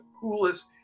coolest